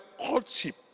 courtship